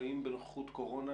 החיים בנוכחות הקורונה